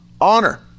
honor